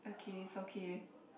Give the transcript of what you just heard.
okay it's okay